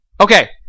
Okay